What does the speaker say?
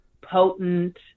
potent